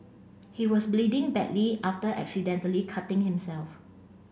he was bleeding badly after accidentally cutting himself